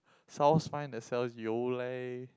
South Spine that sells Yole